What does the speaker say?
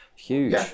Huge